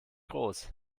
groß